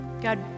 God